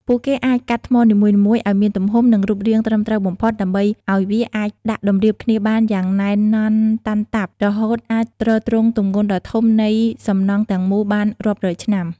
ពួកគេអាចកាត់ថ្មនីមួយៗឱ្យមានទំហំ និងរូបរាងត្រឹមត្រូវបំផុត ដើម្បីឱ្យវាអាចដាក់តម្រៀបគ្នាបានយ៉ាងណែនណាន់តាន់តាប់ រហូតអាចទ្រទ្រង់ទម្ងន់ដ៏ធំនៃសំណង់ទាំងមូលបានរាប់រយឆ្នាំ។